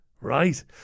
Right